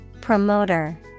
Promoter